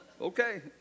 Okay